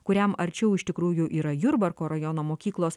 kuriam arčiau iš tikrųjų yra jurbarko rajono mokyklos